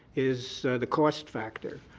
is the cost factor.